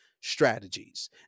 strategies